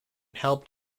helped